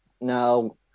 Now